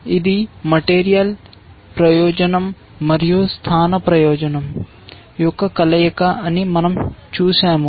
ఇది మెటీరియల్ ప్రయోజనం మరియు స్థాన ప్రయోజనం యొక్క కలయిక అని మన০ చూశాము